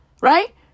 right